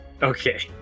Okay